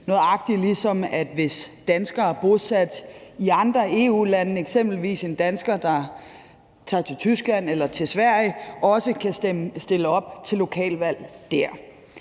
nøjagtig ligesom at danskere bosat i andre EU-lande, eksempelvis en dansker, der tager til Tyskland eller til Sverige, også kan stille op til lokalvalg der.